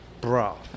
bro